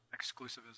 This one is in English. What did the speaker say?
exclusivism